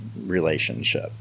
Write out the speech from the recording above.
relationship